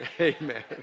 Amen